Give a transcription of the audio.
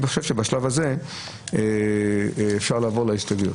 בשלב הזה אני חושב שאפשר לעבור להסתייגויות.